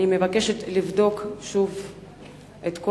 אני מבקשת לבדוק שוב את כל